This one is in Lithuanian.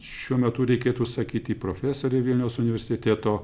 šiuo metu reikėtų sakyti profesorė vilniaus universiteto